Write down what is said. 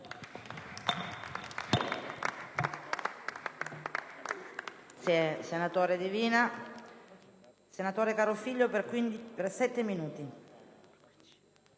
Grazie